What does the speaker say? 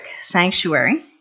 sanctuary